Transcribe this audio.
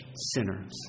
sinners